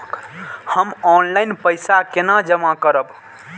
हम ऑनलाइन पैसा केना जमा करब?